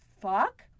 fuck